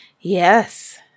Yes